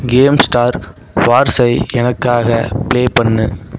game star வார்ஸை எனக்காக play பண்ணு